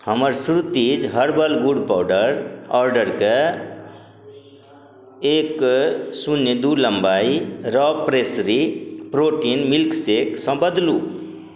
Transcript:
हमर श्रुतिज हर्बल गुड़ पाउडर ऑडरके एक शून्य दुइ लम्बाइ रॉ प्रेसरी प्रोटीन मिल्कशेकसँ बदलू